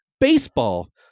baseball